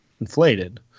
inflated